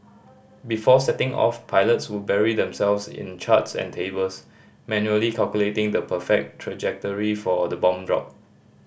before setting off pilots would bury themselves in charts and tables manually calculating the perfect trajectory for the bomb drop